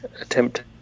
attempt